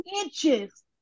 inches